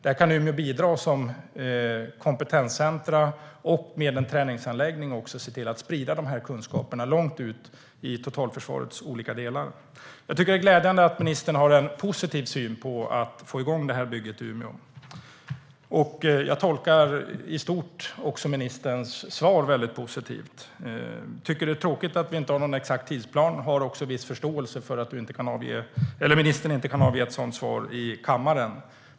Då kan Umeå bidra som kompetenscentrum och kan med en träningsanläggning se till att kunskaperna sprids långt ut i totalförsvarets olika delar. Det är glädjande att ministern har en positiv syn på att få igång bygget i Umeå. Jag tolkar också ministerns svar i stort som positivt. Det är tråkigt att det inte finns någon exakt tidsplan. Men jag har viss förståelse för att ministern inte kan avge ett sådant svar i kammaren.